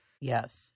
Yes